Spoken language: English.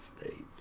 states